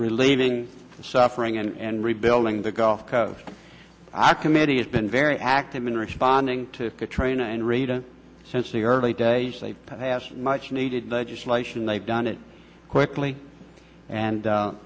relieving suffering and rebuilding the gulf coast i committee has been very active in responding to katrina and rita since the early days they passed much needed legislation and they've done it quickly and